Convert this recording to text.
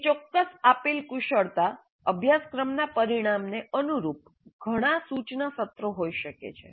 એક ચોક્કસ આપેલ કુશળતા અભ્યાસક્રમના પરિણામને અનુરૂપ ઘણાં સૂચના સત્રો હોઈ શકે છે